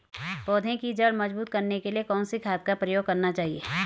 पौधें की जड़ मजबूत करने के लिए कौन सी खाद का प्रयोग करना चाहिए?